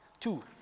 two